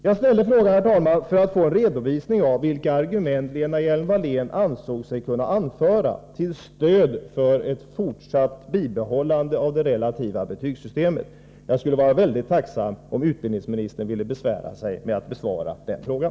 Jag frågade, herr talman, för att få en redovisning av vilka argument Lena Hjelm-Wallén ansåg sig kunna anföra till stöd för ett fortsatt bibehållande av det relativa betygssystemet. Jag skulle vara mycket tacksam om utbildningsministern ville besvära sig med att besvara frågan.